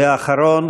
והאחרון,